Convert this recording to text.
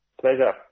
Pleasure